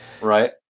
Right